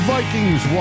Vikings